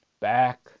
back